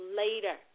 later